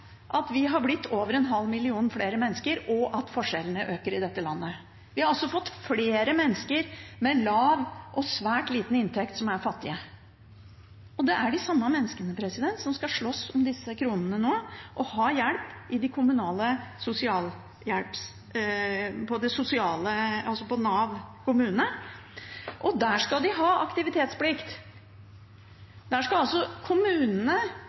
at vi har blitt over en halv million flere mennesker, og at forskjellene øker i dette landet. Vi har altså fått flere mennesker med lav og svært liten inntekt som er fattige. Det er de samme menneskene som nå skal slåss om disse kronene og få hjelp fra Nav kommune, og der skal de ha aktivitetsplikt. Nå skal altså kommunene,